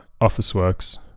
Officeworks